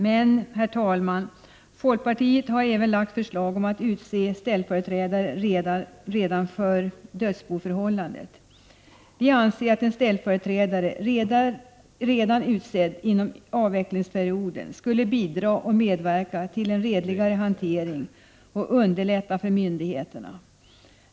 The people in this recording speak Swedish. Men, herr Italman, folkpartiet har även lagt förslag om att utse ställföreträdare redan för Idödsboförhållandet. Vi anser att en ställföreträdare, utsedd redan inom javvecklingsperioden, skulle bidra och medverka till en redligare hantering oc underlätta för myndigheterna.